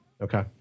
Okay